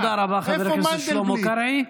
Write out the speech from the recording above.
תודה רבה, חבר הכנסת שלמה קרעי.